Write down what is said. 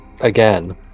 again